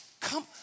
Come